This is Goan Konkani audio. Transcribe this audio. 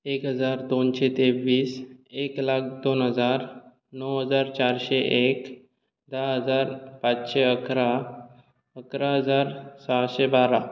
एक हजार दोनशे तेव्वीस एक लाख दोन हजार णव हजार चारशे एक धा हजार पांचशे इकरा इकरा हजार साहशे बारा